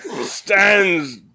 stands